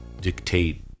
dictate